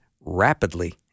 rapidly